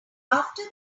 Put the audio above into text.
after